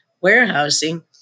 warehousing